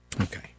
Okay